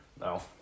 No